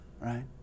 right